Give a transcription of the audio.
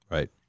Right